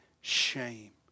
shame